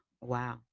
wow